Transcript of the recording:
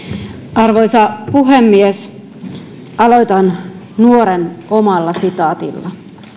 arvoisa puhemies aloitan nuoren omalla sitaatilla